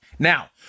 Now